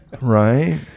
right